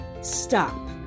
stop